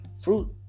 fruit